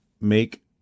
make